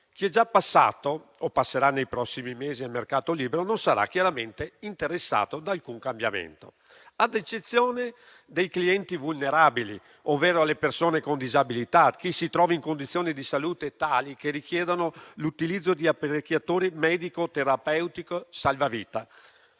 chi è già passato o passerà nei prossimi mesi al mercato libero non sarà chiaramente interessato da alcun cambiamento, ad eccezione dei clienti vulnerabili ovvero delle persone con disabilità, di chi si trova in condizioni di salute tali che richiedono l'utilizzo di apparecchiature medico terapeutico salvavita,